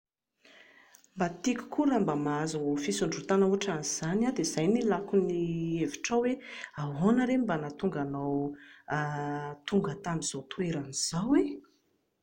Mba tiako koa raha mba mahazo fisondrotana ohatran'izany aho dia izay no ilàko ny hevitrao hoe ahoana re no mba nahatonga anao tamin'izao toerana izao e?